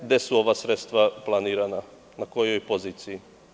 Gde su ova sredstva planirana, na kojoj poziciji?